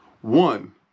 one